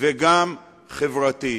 וגם חברתית.